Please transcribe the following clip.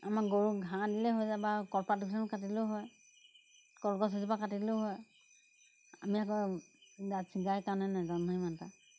আমাৰ গৰুক ঘাঁহ দিলেই হৈ যায় বা কলপাত দুখনমান কাটি দিলেও হয় কলগছ এজোপা কাটি দিলেও হয় আমি আকৌ জাৰ্চি গাই কাৰণে নেজানো নহয় ইমান এটা